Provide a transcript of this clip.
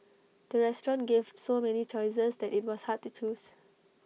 the restaurant gave so many choices that IT was hard to choose